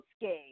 game